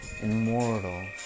Immortal